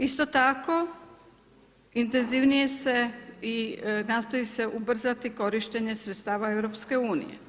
Isto tako intenzivnije se i nastoji se ubrzati korištenje sredstava EU.